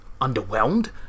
underwhelmed